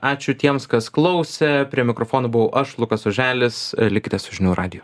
ačiū tiems kas klausė prie mikrofono buvau aš lukas oželis likite su žinių radiju